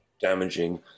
damaging